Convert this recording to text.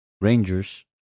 Rangers